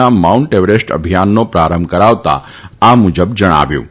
ના Mount Everest અભિયાનનો પ્રારંભ કરાવતા આ મુજબ જણાવ્યું હતું